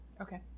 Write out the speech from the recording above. okay